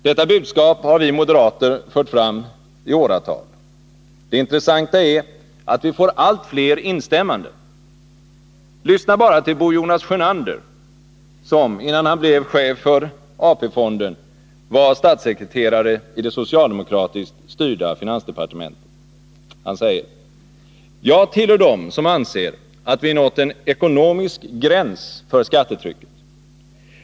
Detta budskap har vi moderater fört fram i åratal. Det intressanta är att vi får allt fler instämmanden. Lyssna bara till Bo Jonas Sjönander som, innan han blev chef för AP-fonden, var statssekreterare i det socialdemokratiskt styrda finansdepartementet: ”Jag tillhör dem som anser att vi nått en ekonomisk gräns för skattetrycket.